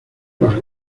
los